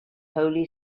holy